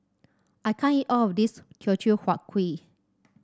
I can't eat all of this Teochew Huat Kuih